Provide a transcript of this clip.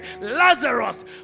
Lazarus